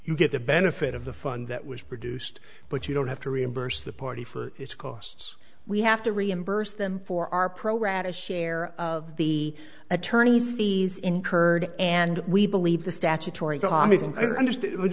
you get the benefit of the fund that was produced but you don't have to reimburse the party for its costs we have to reimburse them for our pro rata share of the attorneys these incurred and we believe the statutory dog under